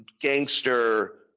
gangster